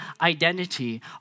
identity